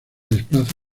desplaza